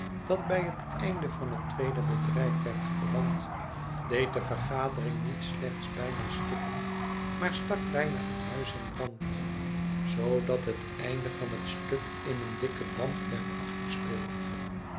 dat bij het einde van het tweede bedrijf werd gebrand deed de vergadering niet slechts bijna stikken maar stak bijna het huis in brand zoodat het einde van het stuk in een dikken damp werd afgespeeld